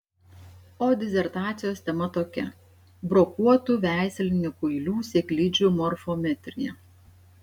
o disertacijos tema tokia brokuotų veislinių kuilių sėklidžių morfometrija